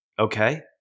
okay